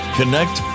connect